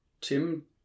Tim